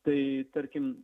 tai tarkim